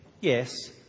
yes